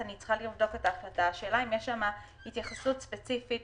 יש שם התייחסות ספציפית